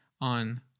on